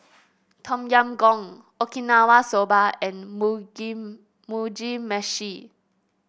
Tom Yam Goong Okinawa Soba and Mugi Meshi